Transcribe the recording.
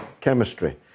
Chemistry